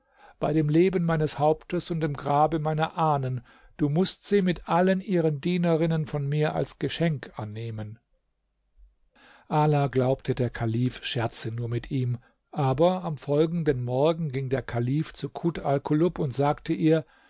bei dem leben meines hauptes und dem grabe meiner ahnen du mußt sie mit allen ihren dienerinnen von mir als geschenk annehmen ala glaubte der kalif scherze nur mit ihm aber am folgenden morgen ging der kalif zu kut alkulub und sagte ihr